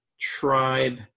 tribe